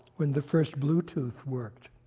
when the first bluetooth worked.